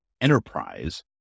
enterprise